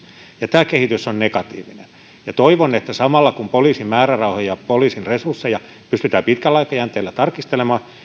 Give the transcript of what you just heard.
ja tämä kehitys on negatiivinen toivon että samalla kun poliisin määrärahoja ja poliisin resursseja pystytään pitkällä aikajänteellä tarkistelemaan